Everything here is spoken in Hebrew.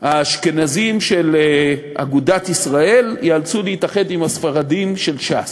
האשכנזים של אגודת ישראל ייאלצו להתאחד עם הספרדים של ש"ס.